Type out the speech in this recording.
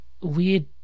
Weird